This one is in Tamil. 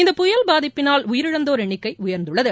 இந்த பயல் பாதிப்பினால் உயிரிழந்தோர் எண்ணிக்கை உயா்ந்துள்ளது